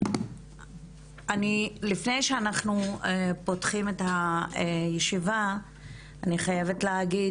לפני שאנחנו פותחים את הישיבה אני חייבת להגיד